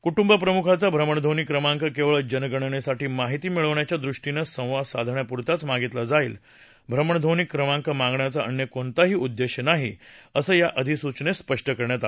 कुटुंबप्रमुखाचा भ्रमणध्वनी क्रमांक केवळ जणगणनेसाठी माहिती मिळवण्याच्या दृष्टीनं संवाद साधण्यापुरताच मागितला जाईल भ्रमणध्वनी क्रमांक मागण्याचा अन्य कोणताही उद्देश नाही असं या अधिसूचनेत स्पष्ट करण्यात आलं आहे